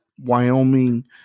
Wyoming